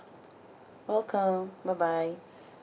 welcome bye bye